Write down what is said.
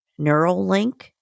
Neuralink